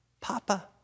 Papa